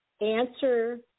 answer